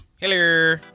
Hello